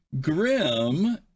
Grim